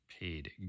Paid